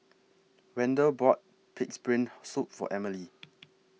Wendel bought Pig'S Brain Soup For Emely